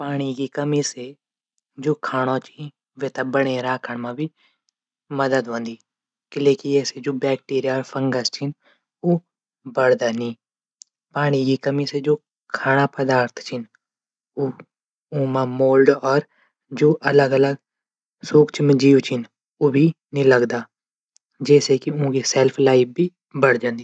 पाणी की कमी से जू खाणू च वेथे बणे राखण मा भी मदद हूंदी। किलेकि ऐसे भी जू वैक्टीरिया फंगस छिन उ बढदा नी पाणी कमि से जू खाणा पदार्थ छिन ऊमा मोल्ड और अलग अलग सुक्ष्म जीव छन उभी नी लगदा। जैसे की उकी सैल्फ लाइभ भी बढी जांदी।